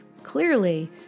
clearly